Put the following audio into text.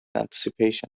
anticipation